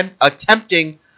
attempting